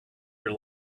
your